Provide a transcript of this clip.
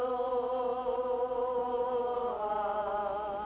oh